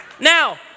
Now